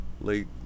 late